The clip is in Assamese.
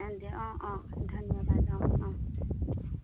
সেনেকৈ অঁ অঁ ধন্য়বাদ অঁ অঁ